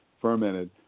fermented